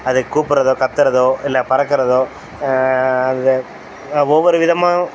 அது கூப்பிட்றதோ கத்துறதோ இல்லை பறக்கிறதோ அது ஒவ்வொரு விதமாக